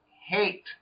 hate